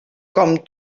com